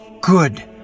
Good